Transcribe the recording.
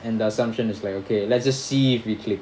and the assumption is like okay let's just see if we click